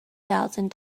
thousand